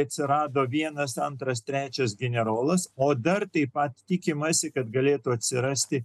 atsirado vienas antras trečias generolas o dar taip pat tikimasi kad galėtų atsirasti